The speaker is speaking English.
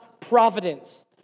providence